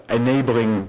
enabling